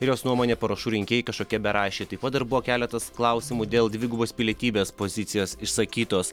ir jos nuomone parašų rinkėjai kažkokie beraščiai taip pat dar buvo keletas klausimų dėl dvigubos pilietybės pozicijos išsakytos